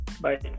Bye